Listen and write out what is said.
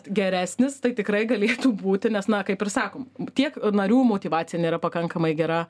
geresnis tai tikrai galėtų būti nes na kaip ir sakom tiek narių motyvacija nėra pakankamai gera